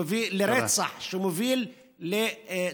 שמוביל לרצח,